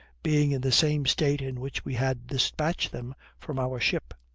being in the same state in which we had dispatched them from our ship.